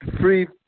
free